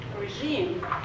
regime